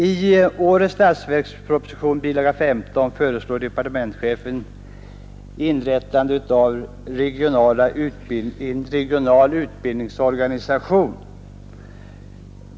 I årets statsverksproposition, bilaga 15, föreslår departementschefen inrättande av en regional utbildningsorganisation.